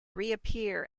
reappear